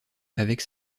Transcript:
avec